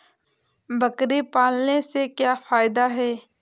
बकरी पालने से क्या फायदा है?